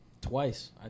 twice